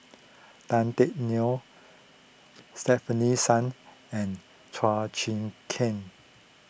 Tan Teck Neo Stefanie Sun and Chua Chim Kang